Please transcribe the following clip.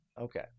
Okay